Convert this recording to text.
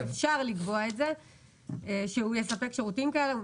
אפשר לקבוע את זה כך שהוא יספק שירותי כאלה.